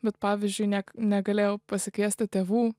bet pavyzdžiui nek negalėjau pasikviesti tėvų